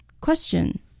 Question